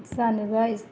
जानुबाय